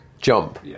jump